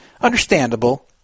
understandable